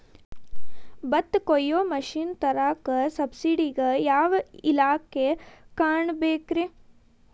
ಭತ್ತ ಕೊಯ್ಯ ಮಿಷನ್ ತರಾಕ ಸಬ್ಸಿಡಿಗೆ ಯಾವ ಇಲಾಖೆ ಕಾಣಬೇಕ್ರೇ?